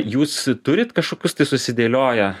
jūs turit kažkokius tai susidėlioję